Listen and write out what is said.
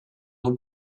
who